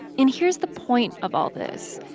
and here's the point of all this.